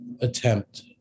attempt